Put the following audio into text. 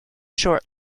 short